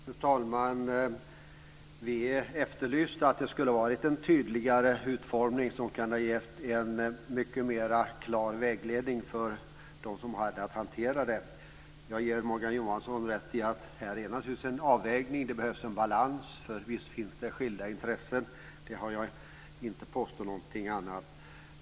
Fru talman! Vi efterlyste en tydligare utformning som kunde ha gett en mycket klarare vägledning för dem som har att hantera detta. Jag ger Morgan Johansson rätt i att det här naturligtvis är en avvägning. Det behövs en balans. Visst finns det skilda intressen; jag har inte påstått någonting annat.